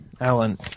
Alan